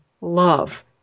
love